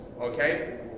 okay